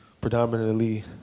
predominantly